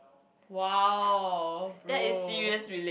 !wow! bro